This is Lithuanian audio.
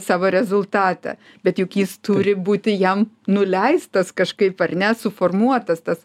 savo rezultatą bet juk jis turi būti jam nuleistas kažkaip ar ne suformuotas tas